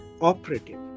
operative